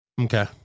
Okay